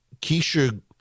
Keisha